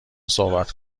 صحبت